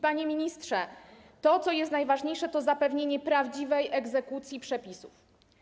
Panie ministrze, to, co jest najważniejsze, to zapewnienie prawdziwej egzekucji przepisów.